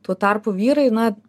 tuo tarpu vyrai na